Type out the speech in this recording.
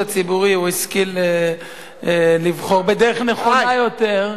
הציבורי הוא השכיל לבחור בדרך נכונה יותר,